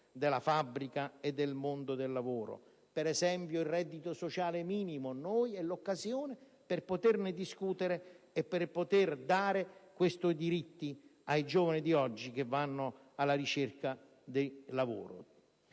della fabbrica e del mondo del lavoro (per esempio, il reddito sociale minimo). Si presenta l'occasione per poterne discutere e per dare questi diritti ai giovani di oggi che vanno alla ricerca del lavoro.